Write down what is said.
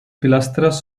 pilastres